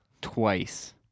twice